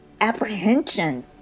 apprehension